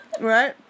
right